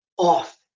off